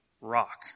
rock